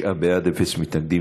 תשעה בעד, אפס מתנגדים.